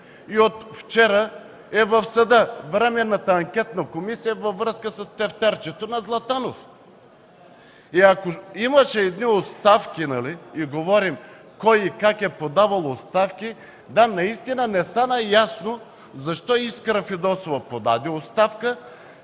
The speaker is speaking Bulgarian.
и от вчера е в съда – Временната анкетна комисия във връзка с тефтерчето на Златанов. Ако имаше едни оставки и говорим кой и как е подавал оставки, да, наистина не стана ясно защо Искра Фидосова подаде оставка,